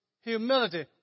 humility